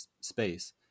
space